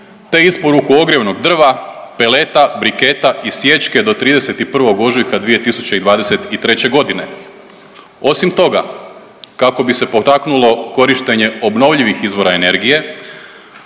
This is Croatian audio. te isporuku ogrjevnog drva, peleta, briketa i sječke do 31. ožujka 2023.g.. Osim toga kako bi se potaknulo korištenje obnovljivih izvora energije